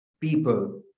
people